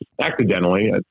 accidentally